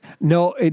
no